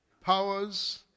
powers